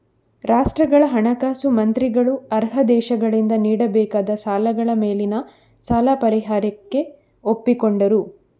ರಾಷ್ಟ್ರಗಳ ಹಣಕಾಸು ಮಂತ್ರಿಗಳು ಅರ್ಹ ದೇಶಗಳಿಂದ ನೀಡಬೇಕಾದ ಸಾಲಗಳ ಮೇಲಿನ ಸಾಲ ಪರಿಹಾರಕ್ಕೆ ಒಪ್ಪಿಕೊಂಡರು